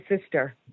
sister